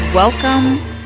Welcome